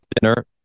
dinner